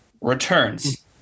returns